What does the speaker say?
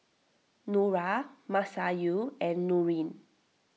Nura Masayu and Nurin